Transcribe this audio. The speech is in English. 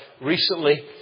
recently